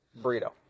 Burrito